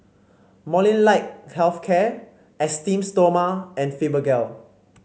Molnylcke Health Care Esteem Stoma and Fibogel